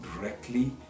directly